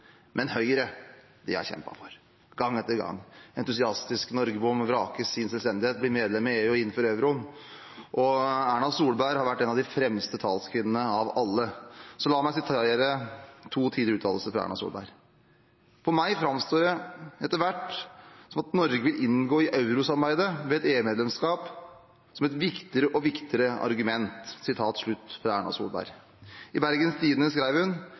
Høyre har entusiastisk kjempet for gang etter gang – Norge må vrake sin selvstendighet, bli medlem i EU og innføre euroen. Erna Solberg har vært en av de fremste talskvinnene av alle. La meg sitere to tidligere uttalelser fra Erna Solberg: «For meg fremstår etter hvert at Norge vil inngå i euro-samarbeidet ved EU-medlemskap som et viktigere og viktigere argument.» I Bergensavisen skrev hun: ved EU-medlemskap kan vi også bli med i